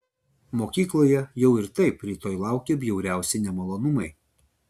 mokykloje jau ir taip rytoj laukė bjauriausi nemalonumai